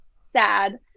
sad